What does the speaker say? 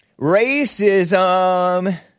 Racism